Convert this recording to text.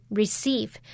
receive